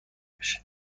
بشه